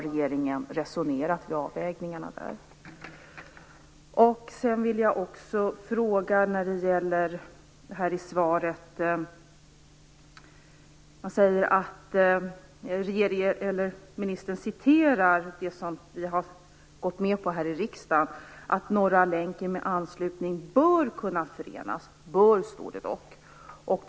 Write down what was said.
Ministern återger vad vi i riksdagen gått med på, nämligen att Norra länken med anslutningar bör kunna förenas. Det står dock "bör".